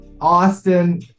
Austin